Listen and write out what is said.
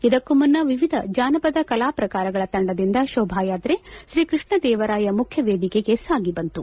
ಇದಕ್ಕೂ ಮುನ್ನ ವಿವಿಧ ಜಾನಪದ ಕಲಾಪ್ರಕಾರಗಳ ತಂಡದಿಂದ ಶೋಭಯಾತ್ರೆ ಶ್ರೀ ಕೃಷ್ಣದೇವರಾಯ ಮುಖ್ಯವೇದಿಕೆಗೆ ಸಾಗಿಬಂತು